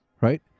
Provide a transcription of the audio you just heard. right